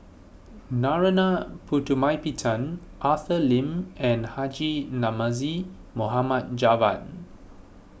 Narana Putumaippittan Arthur Lim and Haji Namazie Mohamed Javad